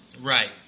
Right